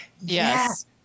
Yes